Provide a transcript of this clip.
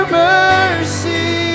mercy